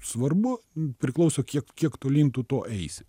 svarbu priklauso kiek kiek tolyn tuo eisi